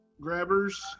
grabbers